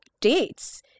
dates